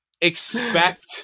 expect